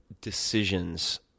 decisions